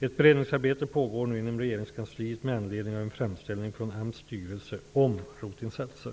Ett beredningsarbete pågår nu inom regeringskansliet med anledning av en framställning från AMS styrelse om ROT-insatser.